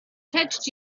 touched